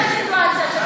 הסיטואציה.